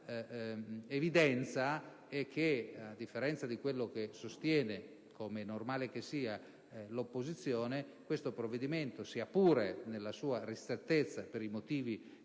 in dovuta evidenza e che, a differenza di quello che sostiene, come è normale che sia, l'opposizione, questo provvedimento, sia pure nella sua ristrettezza e per i motivi che più